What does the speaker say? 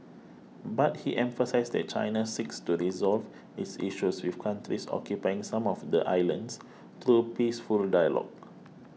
but he emphasised that China seeks to resolve its issues with countries occupying some of the islands through peaceful dialogue